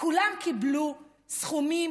כולם קיבלו סכומים